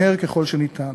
מהר ככל הניתן.